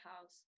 house